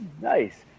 Nice